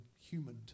human